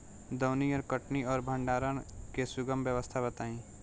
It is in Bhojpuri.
दौनी और कटनी और भंडारण के सुगम व्यवस्था बताई?